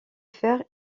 faire